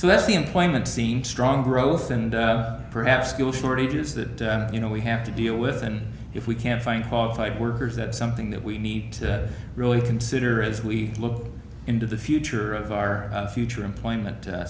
so that the employment seemed strong growth and perhaps skill shortages that you know we have to deal with and if we can't find qualified workers that something that we need to really consider as we look into the future of our future employment